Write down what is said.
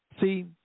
See